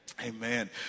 Amen